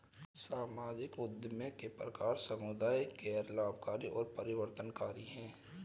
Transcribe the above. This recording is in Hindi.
सामाजिक उद्यमियों के प्रकार समुदाय, गैर लाभकारी और परिवर्तनकारी हैं